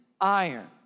iron